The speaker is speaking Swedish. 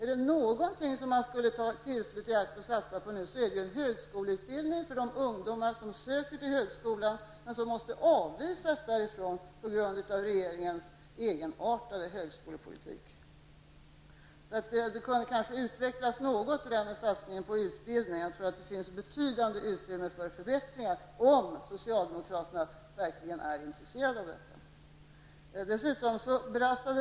Är det någonting som man nu skulle ta tillfället i akt att satsa på, så är det en högskoleutbildning för de ungdomar som söker till högskola men som måste avvisas därifrån på grund av regeringens egenartade högskolepolitik. Roland Sundgren kunde kanske något utveckla det han sade om en satsning på utbildningen. Jag tror att det finns ett betydande utrymme för förbättringar om socialdemokraterna verkligen är intresserade av detta.